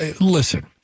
Listen